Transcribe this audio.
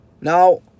Now